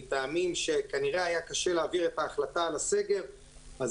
מטעמים שכנראה היה קשה להעביר את ההחלטה על הסגר אז